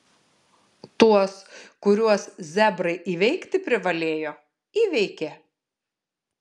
tuos kuriuos zebrai įveikti privalėjo įveikė